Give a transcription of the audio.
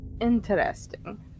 interesting